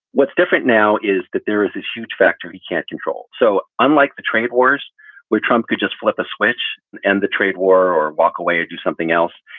what's different now is that there is this huge factor he can't control. so unlike the trade, worse where trump could just flip a switch and the trade war or walk away or do something else,